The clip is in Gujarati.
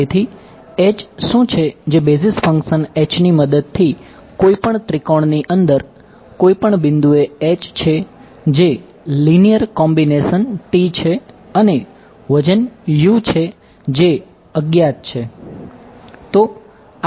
તેથી શું છે જે બેઝીક ફંક્સન ની મદદથી કોઈપણ ત્રિકોણ ની અંદર કોઈપણ બિંદુએ છે જે લીનીયર છે અને વજન છે જે અજ્ઞાત છે